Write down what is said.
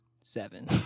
seven